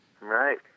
Right